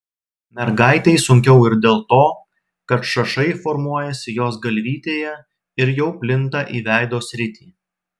mergaitei sunkiau ir dėl to kad šašai formuojasi jos galvytėje ir jau plinta į veido sritį